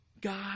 God